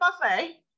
buffet